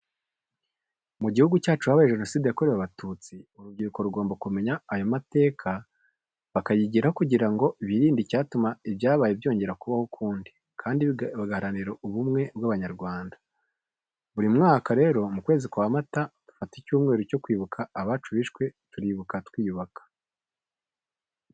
Mu gihugu cyacu habaye Jenoside yakorewe Abatutsi, urubyiruko rugomba kumenya ayo mateka bakayigiraho kugira ngo birinde icyatuma ibyabaye byongera kubaho ukundi kandi bagaranira ubumwe bw'Abanyarwanda. Buri mwaka rero mu kwezi kwa mata dufata icyumweru cyo kwibuka abacu bishwe tukibuka twiyubako.